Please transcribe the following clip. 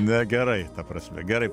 negerai ta prasme gerai